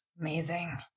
Amazing